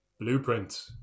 blueprint